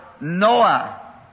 Noah